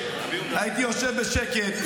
הייתי יושב בשקט,